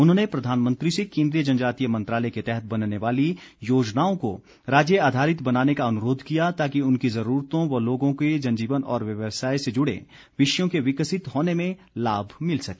उन्होंने प्रधानमंत्री से केन्द्रीय जनजातीय मंत्रालय के तहत बनने वाली योजनाओं को राज्य आधारित बनाने का अनुरोध किया ताकि उनकी जरूरतों व लोगों के जनजीवन और व्यवसाय से जुड़े विषयों के विकसित होने में लाभ मिल सके